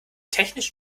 technisch